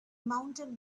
mounted